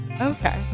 okay